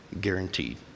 guaranteed